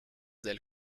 del